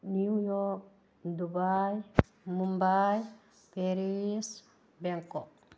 new York Dubai Mumbai Paris Bangkok